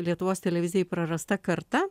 lietuvos televizijai prarasta karta